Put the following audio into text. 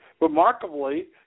Remarkably